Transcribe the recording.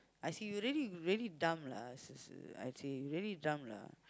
I see you really you really dumb lah s~ I see you really dumb lah